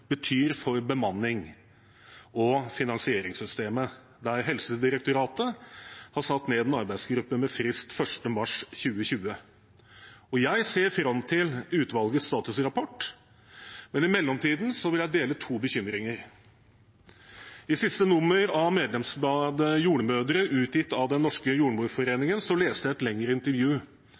betyr for bemanning og for finansieringssystemet – Helsedirektoratet har Henedsatt en arbeidsgruppe med frist 1. mars 2020. Jeg ser fram til utvalgets statusrapport, men i mellomtiden vil jeg dele to bekymringer. I siste nummer av medlemsbladet Tidsskrift for Jordmødre, utgitt av Den norske jordmorforening, leste jeg et lengre intervju